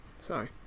Sorry